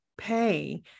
pay